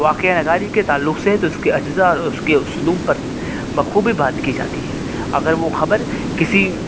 واقعہ نگاری کے تعلق سے ہے تو اس کے اجزاء اور اس کے اسلوب پر بخوبی بات کی جاتی ہے اگر وہ خبر کسی